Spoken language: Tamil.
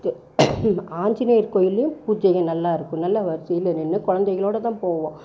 து ஆஞ்சிநேயர் கோயில்லேயும் பூஜைகள் நல்லா இருக்கும் நல்லா வரிசையில் நின்று குழந்தைங்களோட தான் போவோம்